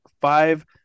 Five